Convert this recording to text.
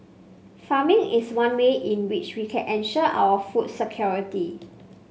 farming is one way in which we can ensure our food security